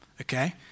okay